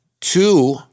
Two